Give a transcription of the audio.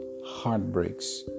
heartbreaks